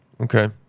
Okay